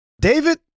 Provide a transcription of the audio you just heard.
David